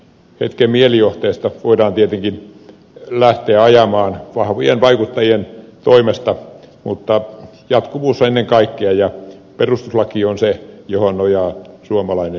hetken mielijohteesta voidaan sitä tietenkin lähteä ajamaan vahvojen vaikuttajien toimesta mutta jatkuvuus ennen kaikkea ja perustuslaki on se johon nojaa suomalainen yhteiskunta